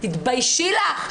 תתביישי לך.